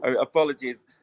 Apologies